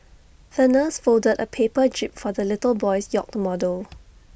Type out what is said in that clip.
the nurse folded A paper jib for the little boy's yacht model